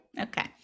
Okay